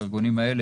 בארגונים האלה,